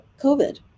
COVID